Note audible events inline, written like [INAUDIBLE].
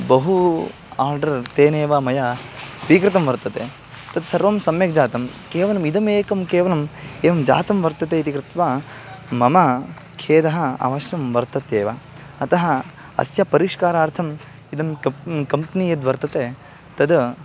बहु आर्डर् तेनैव मया स्वीकृतं वर्तते तत्सर्वं सम्यक् जातं केवलम् इदम् एकं केवलम् एवं जातं वर्तते इति कृत्वा मम खेदः अवश्यं वर्तत्येव अतः अस्य परिष्कारार्थम् इदं [UNINTELLIGIBLE] कम्प्नी यद्वर्तते तद्